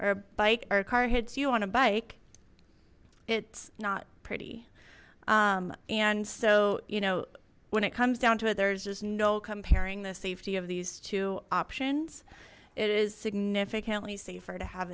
a bike or car hits you on a bike it's not pretty and so you know when it comes down to it there's just no comparing the safety of these two options it is significantly safer to have